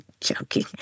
joking